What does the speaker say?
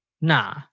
Nah